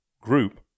group